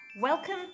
Welcome